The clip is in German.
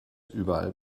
überall